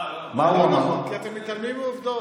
לא, זה לא נכון, כי אתם מתעלמים מעובדות.